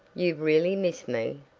you've really missed me?